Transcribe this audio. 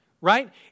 Right